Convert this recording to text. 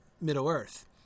Middle-earth